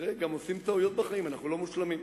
עושים גם טעויות בחיים, אנחנו לא מושלמים.